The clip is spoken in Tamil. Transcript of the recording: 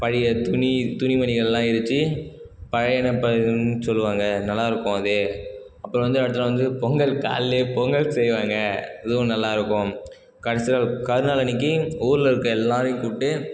பழைய துணி துணிமணிகள்லாம் எரிச்சி பழையன பகிர்ந்த சொல்லுவாங்கள் நல்லாயிருக்கும் அது அப்புறம் வந்து அடுத்த நாள் வந்து பொங்கல் கால்லே பொங்கல் செய்வாங்க அதுவும் நல்லாயிருக்கும் கடைசியில் கரிநாள் அன்னக்கு ஊரில் இருக்க எல்லாரையும் கூப்பிட்டு